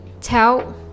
tell